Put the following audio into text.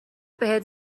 بهت